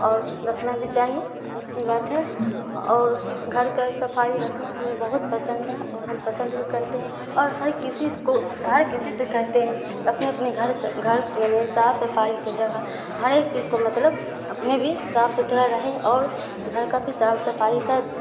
اور رکھنا بھی چاہیے اچھی بات ہے اور گھر کا صفائی رکھنا ہمیں بہت پسند ہے اور ہم پسند بھی کرتے ہیں اور ہر کسی کو ہر کسی سے کہتے ہیں اپنے اپنے گھر سے گھر صاف صفائی کا جگہ ہر ایک چیز کو مطلب اپنے بھی صاف ستھرا رہے اور گھر کا بھی صاف صفائی کا